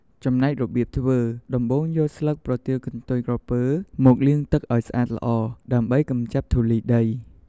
ចំណែកវិធីធ្វើ ដំបូងយកស្លឹកប្រទាលកន្ទុយក្រពើមកលាងទឹកឲ្យស្អាតល្អ ដើម្បីកម្ចាត់ធូលីដី។